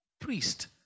priest